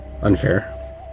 unfair